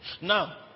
Now